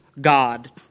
God